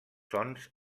sons